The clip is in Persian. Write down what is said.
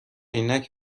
عینک